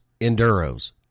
enduros